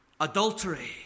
adultery